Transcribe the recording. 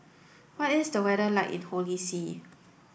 what is the weather like in Holy See